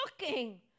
looking